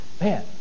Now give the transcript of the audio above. man